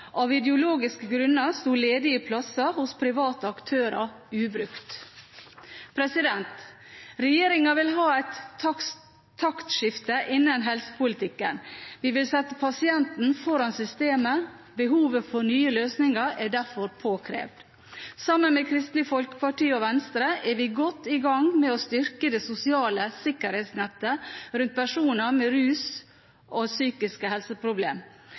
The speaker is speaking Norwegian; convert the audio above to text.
Av ideologiske grunner sto ledige plasser hos private aktører ubrukt. Regjeringen vil ha et taktskifte innen helsepolitikken. Vi vil sette pasienten foran systemet. Behovet for nye løsninger er derfor påkrevd. Sammen med Kristelig Folkeparti og Venstre er vi godt i gang med å styrke det sosiale sikkerhetsnettet rundt personer med rusproblemer og psykiske